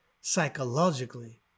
psychologically